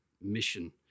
mission